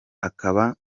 akaba